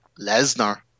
Lesnar